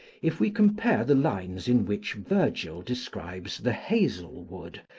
if we compare the lines in which virgil describes the hazel-wood,